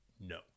No